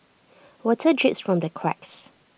water drips from the cracks